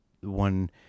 one